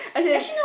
as in